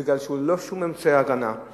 בגלל שהוא ללא שום אמצעי הגנה,